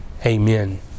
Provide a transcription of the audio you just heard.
Amen